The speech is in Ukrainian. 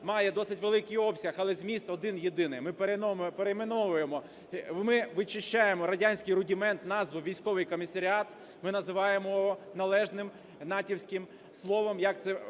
має досить великий обсяг, але зміст один-єдиний: ми перейменовуємо, ми вичищаємо радянський рудимент - назву "військовий комісаріат", ми називаємо належним натівським словом,